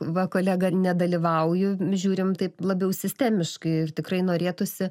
va kolega nedalyvauju žiūrim taip labiau sistemiškai ir tikrai norėtųsi